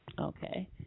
Okay